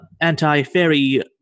anti-fairy